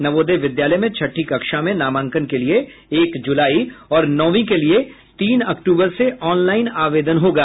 नवोदय विद्यालय में छठी कक्षा में नामांकन के लिए एक जुलाई और नौवीं के लिये तीन अक्टूबर से ऑनलाइन आवेदन होगा